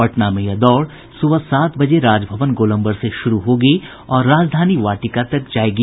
पटना में यह दौड़ सुबह सात बजे राजभवन गोलम्बर से शुरू होगी और राजधानी वाटिका तक जायेगी